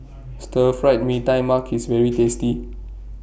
Stir Fried Mee Tai Mak IS very tasty